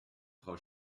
frau